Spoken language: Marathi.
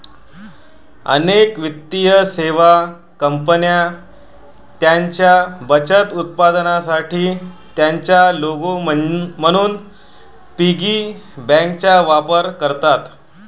अनेक वित्तीय सेवा कंपन्या त्यांच्या बचत उत्पादनांसाठी त्यांचा लोगो म्हणून पिगी बँकांचा वापर करतात